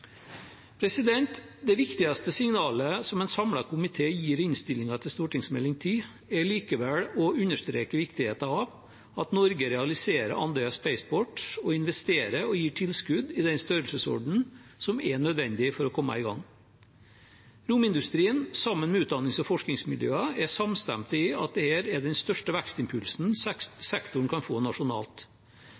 Det viktigste signalet som en samlet komité gir i innstillingen til Meld. St. 10, er likevel å understreke viktigheten av at Norge realiserer Andøya Spaceport og investerer og gir tilskudd i den størrelsesorden som er nødvendig for å komme i gang. Romindustrien sammen med utdannings- og forskningsmiljøer er samstemte i at dette er den største vekstimpulsen sektoren kan få nasjonalt.